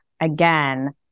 again